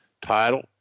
title